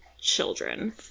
children